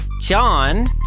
John